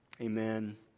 Amen